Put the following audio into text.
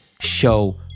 show